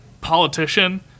politician